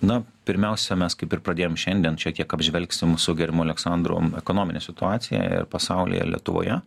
na pirmiausia mes kaip ir pradėjom šiandien šiek tiek apžvelgsim su gerbiamu aleksandru ekonominę situaciją ir pasaulyje ir lietuvoje